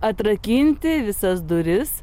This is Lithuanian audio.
atrakinti visas duris